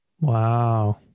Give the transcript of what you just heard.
Wow